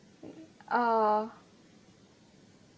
ah